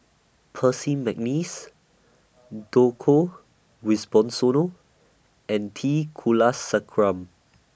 Percy Mcneice Djoko and T Kulasekaram